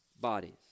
bodies